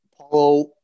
Paulo